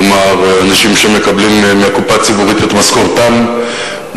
כלומר אנשים שמקבלים מהקופה הציבורית את משכורתם,